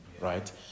right